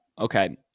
okay